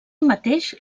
mateix